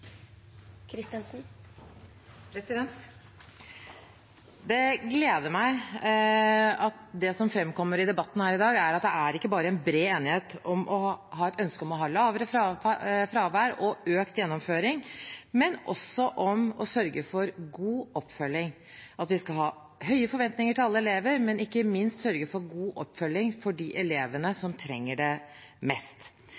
av unntaksregelen Det gleder meg at det som framkommer i debatten her i dag, ikke bare er en bred enighet om et ønske om å ha lavere fravær og økt gjennomføring, men også om å sørge for god oppfølging, at vi skal ha høye forventninger til alle elever, men ikke minst sørge for god oppfølging for de elevene